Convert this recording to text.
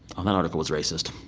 um that article was racist?